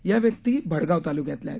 या व्यक्ती भडगाव तालुक्यातल्या आहेत